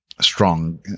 strong